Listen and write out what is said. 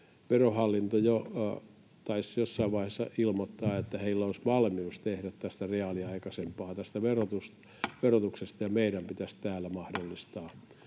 Verohallinto jo taisi jossain vaiheessa ilmoittaa, että heillä olisi valmius tehdä tästä verotuksesta reaaliaikaisempaa. Meidän pitäisi täällä mahdollistaa